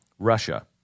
Russia